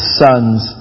sons